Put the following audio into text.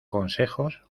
consejos